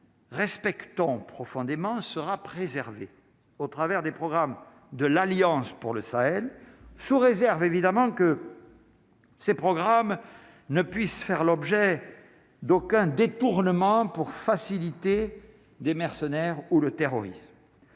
respectons profondément sera préservée au travers des programmes de l'alliance pour le Sahel sous réserve évidemment que ces programmes ne puisse faire l'objet d'aucun détournement pour faciliter des mercenaires ou le terrorisme,